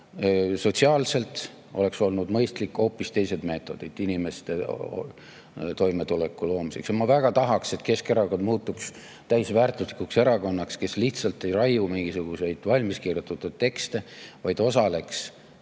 Sotsiaalselt oleks olnud mõistlik [kasutada] hoopis teisi meetodeid inimeste toimetuleku loomiseks. Ma väga tahaks, et Keskerakond muutuks täisväärtuslikuks erakonnaks, kes ei raiu lihtsalt mingisuguseid valmis kirjutatud tekste, vaid osaleks